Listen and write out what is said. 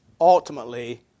ultimately